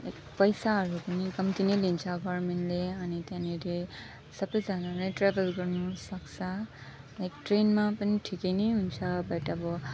पैसाहरू पनि कम्ती नै लिन्छ गभर्मेन्टले अनि त्यहाँनिर सबैजना नै ट्राभल गर्नु सक्छ लाइक ट्रेनमा पनि ठिकै नै हुन्छ बट अब